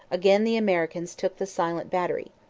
again the americans took the silent battery.